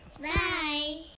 Bye